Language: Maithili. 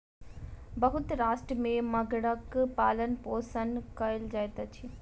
बहुत राष्ट्र में मगरक पालनपोषण कयल जाइत अछि